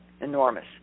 Enormous